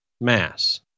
Mass